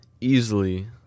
easily